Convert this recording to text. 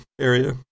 area